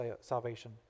salvation